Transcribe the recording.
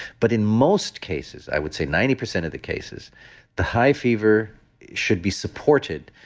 but in most cases, i would say ninety percent of the cases the high fever should be supported.